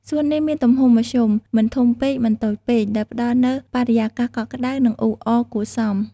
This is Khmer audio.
សួននេះមានទំហំមធ្យម មិនធំពេក មិនតូចពេក ដែលផ្ដល់នូវបរិយាកាសកក់ក្ដៅ និងអ៊ូអរគួរសម។